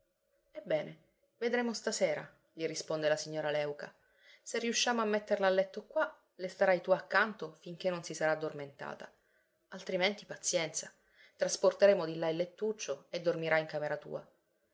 ebbene vedremo stasera gli risponde la signora léuca se riusciamo a metterla a letto qua le starai tu accanto finché non si sarà addormentata altrimenti pazienza trasporteremo di là il lettuccio e dormirà in camera tua